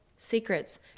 secrets